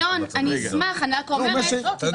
אי-אפשר להעמיד אותם במרכז --- תמר,